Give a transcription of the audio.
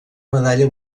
medalla